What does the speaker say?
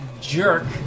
jerk